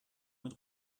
mit